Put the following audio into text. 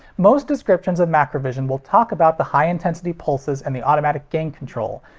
most descriptions of macrovision will talk about the high intensity pulses and the automatic gain control,